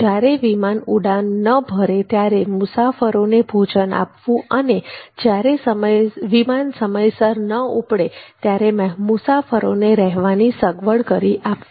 જ્યારે વિમાન ઉડાન ન ભરે ત્યારે મુસાફરોને ભોજન આપવું અને જ્યારે વિમાન સમયસર ન ઊપડે ત્યારે મુસાફરોને રહેવાની સગવડ કરી આપવી